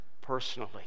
personally